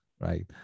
right